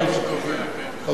זה כבר הגיל שקובע, כן.